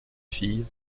fille